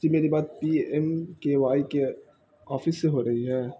جی میری بات P M K Y کے آفس سے ہو رہی ہے